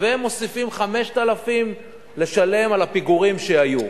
ומוסיפים 5,000 לשלם על הפיגורים שהיו.